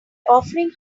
offering